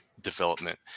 development